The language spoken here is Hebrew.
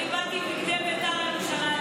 אני באתי עם בגדי בית"ר ירושלים,